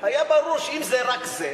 היה ברור שאם זה רק זה,